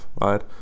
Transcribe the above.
right